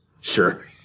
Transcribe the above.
Sure